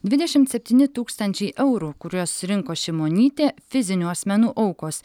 dvidešimt septyni tūkstančiai eurų kuriuos surinko šimonytė fizinių asmenų aukos